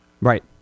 Right